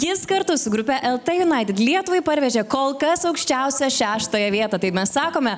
jis kartu su grupe lt united lietuvai parvežė kol kas aukščiausią šeštąją vietą tai mes sakome